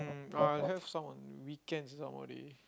but I have some on weekends some of the day